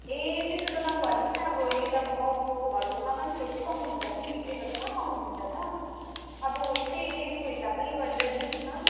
ए त्यसो त नभन्नुहोस् न अब यो त गाउँको घरको सामान फ्रेसै पाउनुहुन्छ नि बिग्रिएको त कहाँ पाउनुहुन्छ त अब यस्तै रेटको हिसाबमै गरेर दिनुहोस् न